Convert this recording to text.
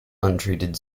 untreated